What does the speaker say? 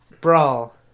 Brawl